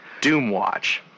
Doomwatch